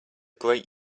great